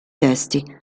testi